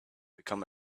become